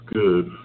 good